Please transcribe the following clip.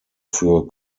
für